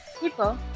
People